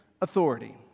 authority